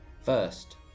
First